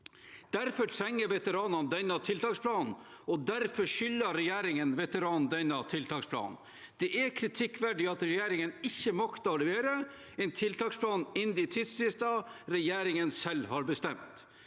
Derfor trenger veteranene denne tiltaksplanen, og derfor skylder regjeringen veteranene denne tiltaksplanen. Det er kritikkverdig at regjeringen ikke makter å levere en tiltaksplan innen de tidsfrister regjeringen selv har bestemt.